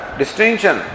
distinction